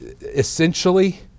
essentially